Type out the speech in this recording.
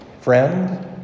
friend